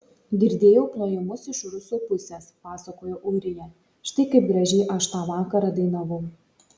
girdėjau plojimus iš rusų pusės pasakojo ūrija štai kaip gražiai aš tą vakarą dainavau